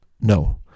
No